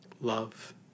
love